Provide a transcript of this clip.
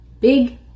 big